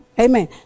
Amen